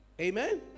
amen